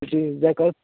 ସେଇଠି ଯାଇକରି